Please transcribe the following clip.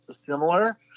similar